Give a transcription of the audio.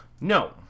No